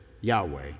Yahweh